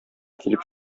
килеп